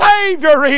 Savior